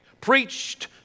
preached